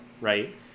right